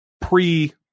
pre-